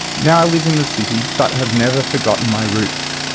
now i live in the city but have never forgotten my roots.